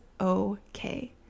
okay